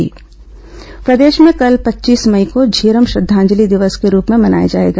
इीरम श्रद्धांजलि दिवस प्रदेश में कल पच्चीस मई को झीरम श्रद्धांजलि दिवस के रूप में मनाया जाएगा